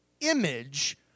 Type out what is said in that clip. image